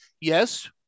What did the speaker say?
Yes